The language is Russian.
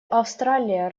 австралия